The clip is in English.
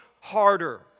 harder